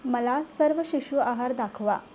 मला सर्व शिशु आहार दाखवा